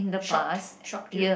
shocked shocked you